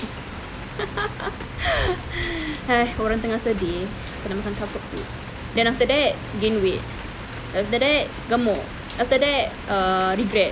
orang tengah sedih kena makan comfort food then after that gain weight after that gemuk after that uh regret